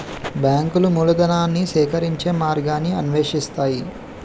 బ్యాంకులు మూలధనాన్ని సేకరించే మార్గాన్ని అన్వేషిస్తాయి